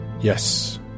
Yes